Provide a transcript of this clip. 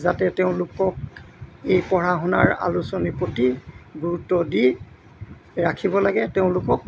যাতে তেওঁলোকক এই পঢ়া শুনাৰ আলোচনীৰ প্ৰতি গুৰুত্ব দি ৰাখিব লাগে তেওঁলোকক